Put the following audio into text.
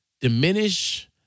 diminish